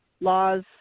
laws